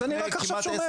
אז אני רק עכשיו שומע את זה.